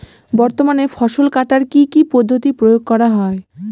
বর্তমানে ফসল কাটার কি কি পদ্ধতি প্রয়োগ করা হয়?